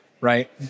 Right